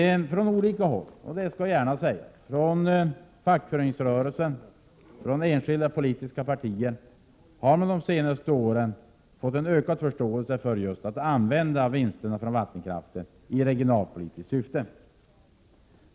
Det skall gärna sägas att man på olika håll — det gäller fackföreningsrörelsen och det gäller enskilda politiska partier — har fått en ökad förståelse för att vinsterna från vattenkraften borde användas i regionalpolitiskt syfte.